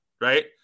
right